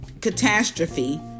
catastrophe